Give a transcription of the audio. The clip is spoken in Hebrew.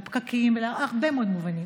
לפקקים ובעוד הרבה מאוד מובנים.